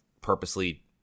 purposely